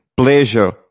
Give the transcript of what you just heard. Pleasure